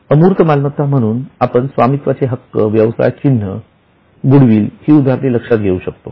अमूर्त मालमत्ता म्हणून आपण स्वामित्वाचे हक्कव्यवसाय चिन्ह गुडविल हि उदाहरणे लक्षात घेऊ शकतो